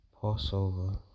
Passover